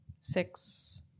six